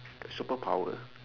superpower